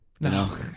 No